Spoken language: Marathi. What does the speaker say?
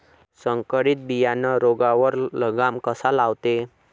संकरीत बियानं रोगावर लगाम कसा लावते?